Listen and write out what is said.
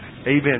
Amen